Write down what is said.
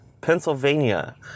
Pennsylvania